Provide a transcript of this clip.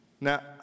Now